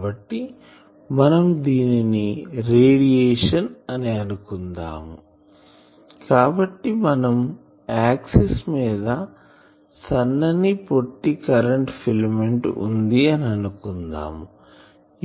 కాబట్టి మనం దీనిని రేడియేషన్ అని అనుకుందాం కాబట్టి మనం యాక్సిస్ మీద సన్నని పొట్టి కరెంటు ఫిలమెంట్వుంది అని అనుకుందాం